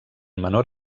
menor